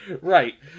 right